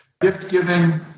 Gift-giving